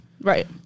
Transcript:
Right